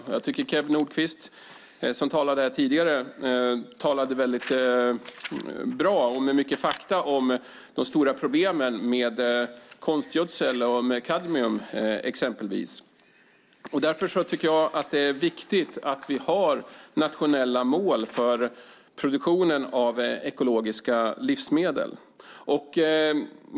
Och jag tycker att Kew Nordqvist, som talade här tidigare, talade väldigt bra och med mycket fakta om de stora problemen med exempelvis konstgödsel och kadmium. Därför tycker jag att det är viktigt att vi har nationella mål för produktionen av ekologiska livsmedel.